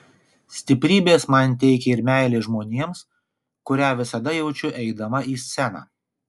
stiprybės man teikia ir meilė žmonėms kurią visada jaučiu eidama į sceną